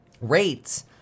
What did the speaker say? rates